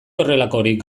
horrelakorik